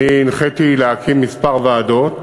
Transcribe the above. הנחיתי להקים כמה ועדות,